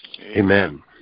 Amen